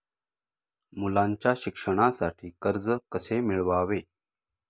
मुलाच्या शिक्षणासाठी कर्ज कसे मिळवावे?